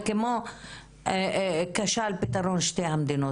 זה כמו כשל פתרון שתי המדינות.